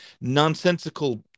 nonsensical